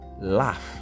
laugh